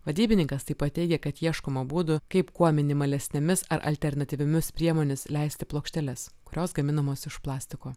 vadybininkas taip pat teigia kad ieškoma būdų kaip kuo minimalesnėmis ar alternatyviomis priemonėmis leisti plokšteles kurios gaminamos iš plastiko